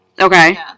Okay